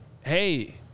hey